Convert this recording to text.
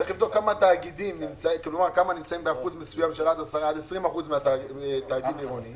צריך לבדוק כמה תאגידים נמצאים באחוז מסוים של עד 20% מתאגיד עירוני